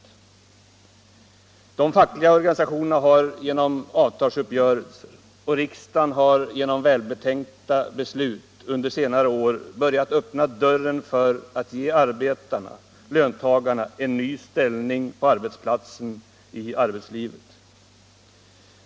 De fackliga organisationerna har genom avtalsuppgörelser, och riksdagen har genom välbetänkta beslut under senare år börjat öppna dörren för att ge arbetarna, löntagarna, en ny ställning på arbetsplatsen, i arbetslivet.